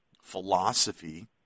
philosophy